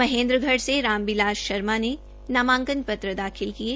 महेन्द्रगढ़ से राम बिलास शर्मा ने नामांकन पत्र दाखिल किये